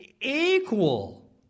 equal